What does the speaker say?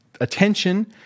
attention